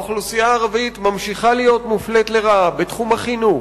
האוכלוסייה הערבית ממשיכה להיות מופלית לרעה בתחום החינוך,